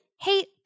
hate